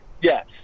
Yes